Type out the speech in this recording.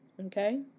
Okay